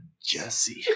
jesse